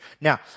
Now